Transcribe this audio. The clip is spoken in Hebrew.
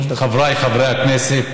חבריי חברי הכנסת,